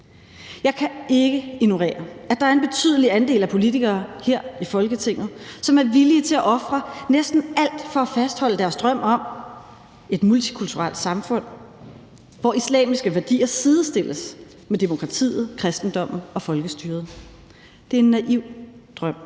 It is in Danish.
Jeg kan ikke ignorere, at der er en betydelig andel af politikere her i Folketinget, som er villige til at ofre næsten alt for at fastholde deres drøm om et multikulturelt samfund, hvor islamiske værdier sidestilles med demokratiet, kristendommen og folkestyret. Det er en naiv drøm,